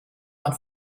man